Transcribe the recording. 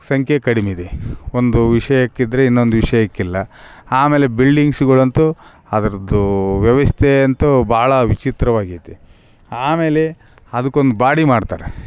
ಸಂಖ್ಯೆ ಕಡಿಮಿದೆ ಒಂದು ವಿಷಯಕ್ಕಿದ್ರೆ ಇನ್ನೊಂದು ವಿಷಯಕ್ಕಿಲ್ಲ ಆಮೇಲೆ ಬಿಲ್ಡಿಂಗ್ಸ್ಗಳಂತು ಅದರದ್ದೂ ವ್ಯವ್ಯಸ್ಥೆ ಅಂತು ಭಾಳ ವಿಚಿತ್ರವಾಗೈತಿ ಆಮೇಲೆ ಅದಕೊಂದು ಬಾಡಿ ಮಾಡ್ತಾರೆ